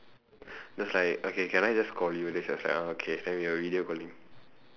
then I was like okay can I just call you then she was like ah okay then we were video calling